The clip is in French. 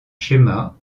schéma